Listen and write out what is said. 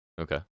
Okay